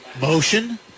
Motion